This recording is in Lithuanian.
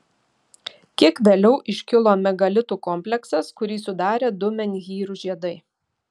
kiek vėliau iškilo megalitų kompleksas kurį sudarė du menhyrų žiedai